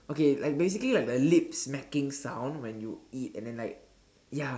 okay like basically like the lip smacking sound when you eat and then like ya